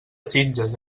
sitges